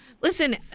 Listen